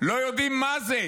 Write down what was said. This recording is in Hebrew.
לא יודעים מה זה